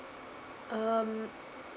um